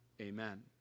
Amen